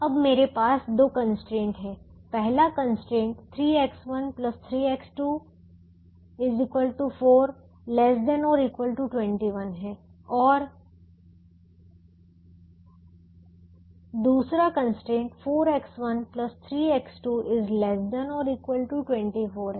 अब मेरे पास दो कंस्ट्रेंट हैं पहला कंस्ट्रेंट 3X1 3X2 4 ≤ 21 है और दूसरा कंस्ट्रेंट 4X1 3X2 ≤ 24 है